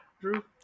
drew